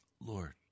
Lord